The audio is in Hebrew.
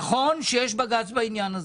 נכון שיש בג"ץ בעניין הזה.